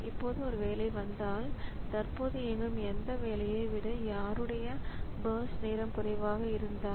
இப்போது ஒரு வேலை வந்தால் தற்போது இயங்கும் எந்த வேலையை விட யாருடைய பர்ஸ்ட் நேரம் குறைவாக இருந்தால்